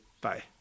Bye